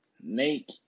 make